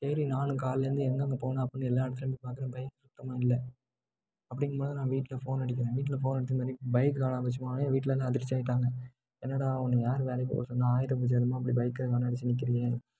சரி நானும் காலைலேந்து எங்கெங்கே போனேன் அப்பட்னு எல்லா இடத்துலையும் போய் பார்க்குறேன் பைக் சுத்தமாக இல்லை அப்படிங்கும் போது தான் நான் வீட்டில ஃபோன் அடிக்கிறேன் வீட்டில ஃபோன் அடித்து இதுமாதிரி பைக் காணாம போய்டுச்சிம்மானோடனே எங்கள் வீட்டில ந அதிர்ச்சி ஆயிட்டாங்கள் என்னடா உன்ன யார் வேலைக்கு போக சொன்னால் ஆயுத பூஜ அதுவுமா இப்படி பைக்கை காணாடிச்சு நிற்கிறியே